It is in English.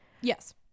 Yes